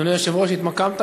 אדוני היושב-ראש, התמקמת?